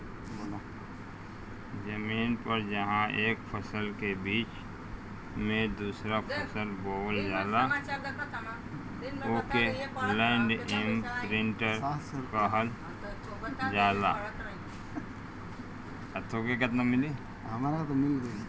जमीन पर जहां एक फसल के बीच में दूसरा फसल बोवल जाला ओके लैंड इमप्रिन्टर कहल जाला